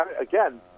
again